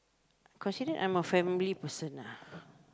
considered I'm a family person ah